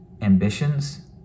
ambitions